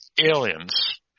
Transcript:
Aliens